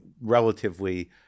relatively